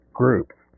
groups